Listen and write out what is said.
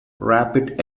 rapid